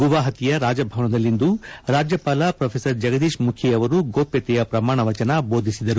ಗುವಾಹತಿಯ ರಾಜಭವನದಲ್ಲಿಂದು ರಾಜ್ಯಪಾಲ ಪ್ರೊಥೆಸರ್ ಜಗದೀಶ್ ಮುಖಿ ಅವರು ಗೋಪ್ಯತೆಯ ಪ್ರಮಾಣ ವಚನ ಬೋಧಿಸಿದರು